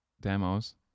demos